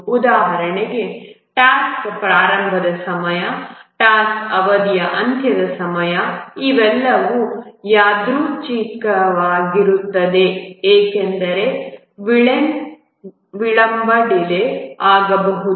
ಉದಾಹರಣೆಗೆ ಟಾಸ್ಕ್ ಪ್ರಾರಂಭದ ಸಮಯ ಟಾಸ್ಕ್ ಅವಧಿಯ ಅಂತ್ಯದ ಸಮಯ ಇವೆಲ್ಲವೂ ಯಾದೃಚ್ಛಿಕವಾಗಿರುತ್ತವೆ ಏಕೆಂದರೆ ವಿಳಂ ಡಿಲೇ ಆಗಬಹುದು